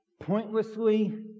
pointlessly